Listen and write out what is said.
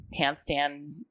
handstand